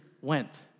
went